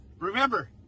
Remember